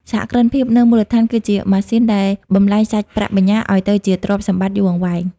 សហគ្រិនភាពនៅមូលដ្ឋានគឺជា "ម៉ាស៊ីន" ដែលបំប្លែងសាច់ប្រាក់បញ្ញើឱ្យទៅជាទ្រព្យសម្បត្តិយូរអង្វែង។